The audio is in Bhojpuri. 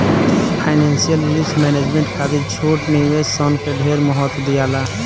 फाइनेंशियल रिस्क मैनेजमेंट खातिर छोट निवेश सन के ढेर महत्व दियाला